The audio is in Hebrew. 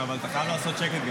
אבל אתה חייב גם לעשות שקט.